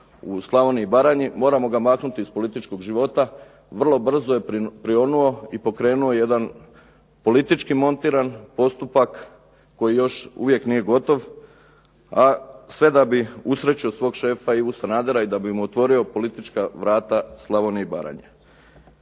u Slavoniji i Baranji, moramo ga maknuti iz političkog života, vrlo brzo je prionuo i pokrenuo jedan politički montiran postupak koji još uvijek nije gotov, a sve da bi usrećio svog šefa Ivu Sanadera i da bi mu otvorio politička vrata Slavonije i Baranje.